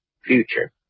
future